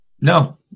No